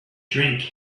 drink